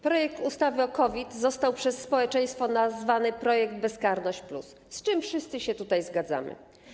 Projekt ustawy o COVID został przez społeczeństwo nazwany: projekt bezkarność+, z czym wszyscy się tutaj zgadzamy.